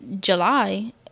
July